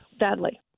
badly